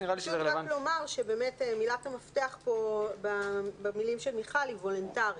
מילת המפתח במילים של מיכל מנקס היא "וולונטרי".